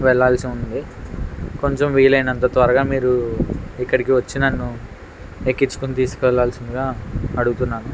వెళ్ళాల్సి ఉంది కొంచెం వీలైనంత త్వరగా మీరు ఇక్కడికి వచ్చి నన్ను ఎక్కించుకుని తీసుకువెళ్ళాల్సిందిగా అడుగుతున్నాను